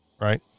right